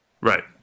Right